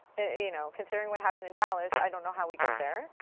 you know considering what happened in dallas, i don't know how we get there,